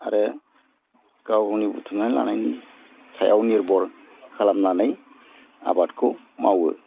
आरो गावनि बुथुमनानै लानायनि सायाव निरभर खालामनानै आबादखौ मावो